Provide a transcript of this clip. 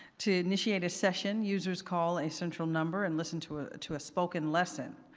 to initiate a session, users call a central number and listen to ah to a spoken lesson.